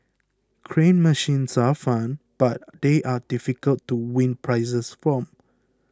crane machines are fun but they are difficult to win prizes from